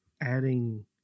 adding